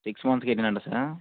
six మంత్స్కి sir